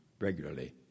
regularly